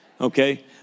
okay